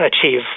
achieve